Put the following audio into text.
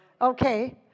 Okay